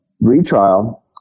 retrial